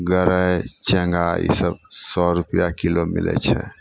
गरै चेङ्गा ईसब सओ रुपैआ किलो मिलै छै